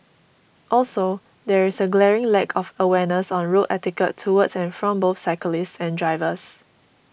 also there is a glaring lack of awareness on road etiquette towards and from both cyclists and drivers